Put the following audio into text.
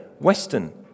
Western